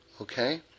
okay